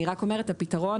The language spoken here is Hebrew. אני רק אומרת שהפתרון,